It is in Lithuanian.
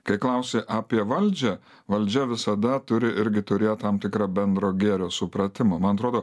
kai klausi apie valdžią valdžia visada turi irgi turėt tam tikrą bendro gėrio supratimą man atrodo